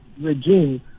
regime